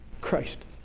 christ